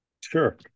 Sure